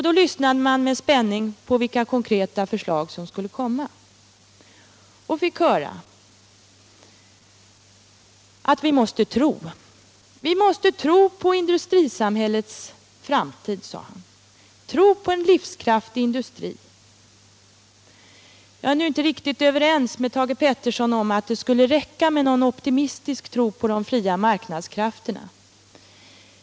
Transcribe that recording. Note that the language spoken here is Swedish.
Då lyssnade man med spänning på vilka konkreta förslag som skulle komma — och fick höra att vi måste tro! Vi måste tro på industrisamhällets framtid, sade han, tro på en livskraftig industri. Jag är nu inte riktigt överens med Thage Peterson om att det skulle räcka med en optimistisk tro på de fria marknadskrafterna.